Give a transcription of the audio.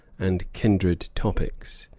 and kindred topics.